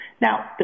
Now